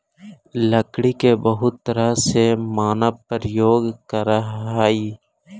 लकड़ी के बहुत तरह से मानव प्रयोग करऽ हइ